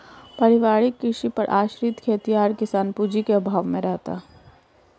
पारिवारिक कृषि पर आश्रित खेतिहर किसान पूँजी के अभाव में रहता है